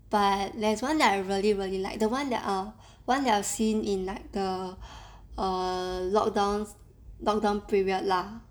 but there's one that I really really like the one that ah the one that I've seen in like the err lockdown lockdown period lah